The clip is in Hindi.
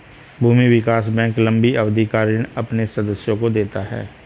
भूमि विकास बैंक लम्बी अवधि का ऋण अपने सदस्यों को देता है